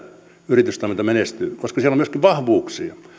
yritystoiminta menestyy koska siellä on myöskin vahvuuksia